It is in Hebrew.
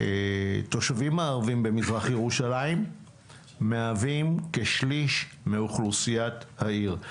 התושבים הערבים במזרח ירושלים מהווים כ-1/3 מאוכלוסיית העיר,